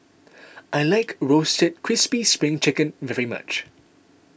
I like Roasted Crispy Spring Chicken very much